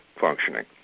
functioning